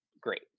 Great